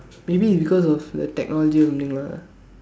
maybe it because of the technology or something lah